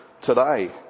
Today